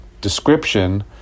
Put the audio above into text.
description